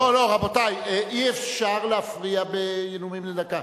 לא, לא, רבותי, אי-אפשר להפריע בנאומים בני דקה.